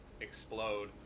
explode